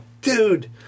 Dude